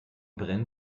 brennen